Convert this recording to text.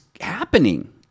happening